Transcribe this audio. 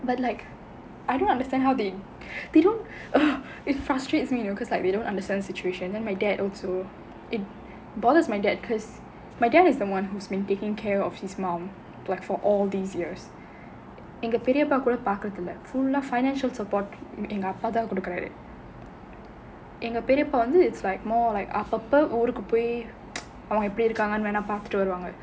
but like I don't understand how they they don't it frustrates me you know because like they don't understand situation then my dad also it bothers my dad because my dad is someone who's been taking care of his mom like for all these years எங்க பெரியப்பா கூட பார்க்குறது இல்ல:enga periyappaa kooda paarkkurathu illa full financial support எங்க அப்பா தான் கொடுக்குறாரு எங்க பெரியப்பா வந்து:enga appa thaan kodukkuraaru enga periyappaa vanthu you know it's more like அப்போ அப்போ ஊருக்கு போய் அவங்க எப்படி இருக்காங்கனு வேணா பார்த்துட்டு வருவாங்க:appo appo oorukku poyi avanga eppadi irukkaanganu venaa paarthuttu varuvaanga